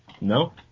No